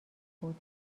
بود